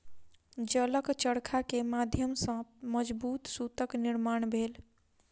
जलक चरखा के माध्यम सॅ मजबूत सूतक निर्माण भेल